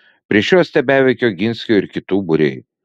prieš juos tebeveikė oginskio ir kitų būriai